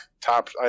top